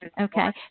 Okay